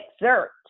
exert